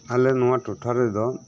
ᱟᱞᱮ ᱱᱚᱣᱟ ᱴᱚᱴᱷᱟ ᱨᱮᱫᱚ